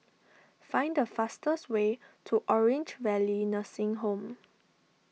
find the fastest way to Orange Valley Nursing Home